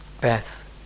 Beth